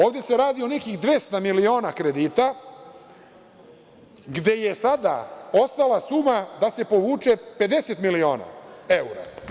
Ovde se radi o nekih 200 miliona kredita, gde je sada ostala suma da se povuče 50 miliona evra.